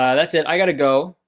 yeah that's it. i gotta go.